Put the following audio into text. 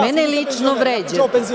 Mene lično vređate.